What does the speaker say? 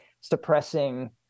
suppressing